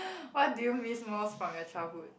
what do you miss most from your childhood